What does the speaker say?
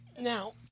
now